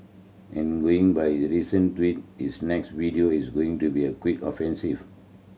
and going by his recent tweet his next video is going to be a quite offensive